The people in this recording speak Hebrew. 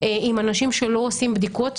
עם אנשים שלא עושים בדיקות,